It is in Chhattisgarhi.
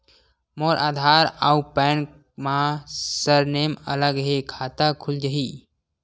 मोर आधार आऊ पैन मा सरनेम अलग हे खाता खुल जहीं?